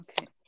okay